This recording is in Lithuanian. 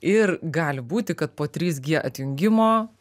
ir gali būti kad po trys gie atjungimo